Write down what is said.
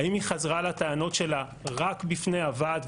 האם היא חזרה לטענות שלה רק בפני הוועד,